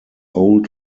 old